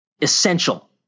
essential